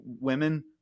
women